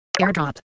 Airdrop